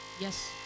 Yes